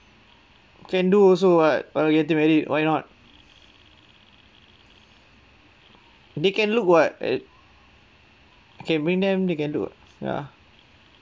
can do also [what] while getting married why not they can look [what] at can bring them they can look ya